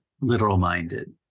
literal-minded